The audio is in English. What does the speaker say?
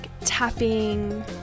tapping